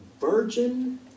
virgin